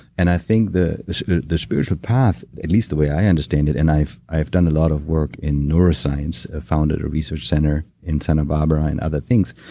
and i think the the spiritual path, at least the way i understand it and i've i've done a lot of work in neuroscience, founded a research center in santa barbara and other things,